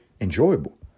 enjoyable